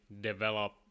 develop